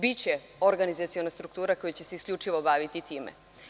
Biće organizaciona struktura koja će se isključivo baviti time.